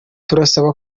turasaba